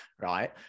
right